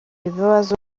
ibibazo